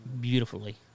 beautifully